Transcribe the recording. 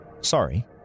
Sorry